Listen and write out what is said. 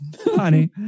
Honey